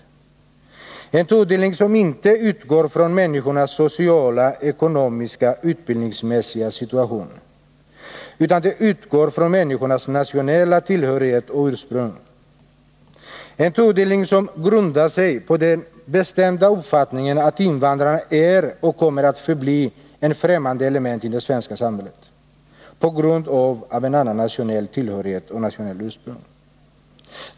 En tudelning som inte utgår från människornas sociala, ekonomiska och utbildningsmäs siga situation, utan från människornas nationella tillhörighet och ursprung. En tudelning som grundar sig på den bestämda uppfattningen att invandrarna är och kommer att förbli ett fftämmande element i det svenska samhället på grund av att de har en annan nationell tillhörighet och ett annat nationellt ursprung.